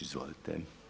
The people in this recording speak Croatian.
Izvolite.